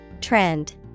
Trend